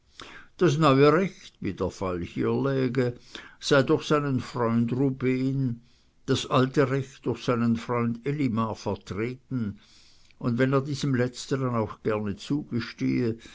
das neue recht wie der fall hier läge sei durch seinen freund rubehn das alte recht durch seinen freund elimar vertreten und wenn er diesem letzteren auch gerne zugestehe